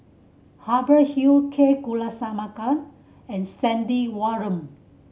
Hubert Hill K Kulasekaram and Stanley Warren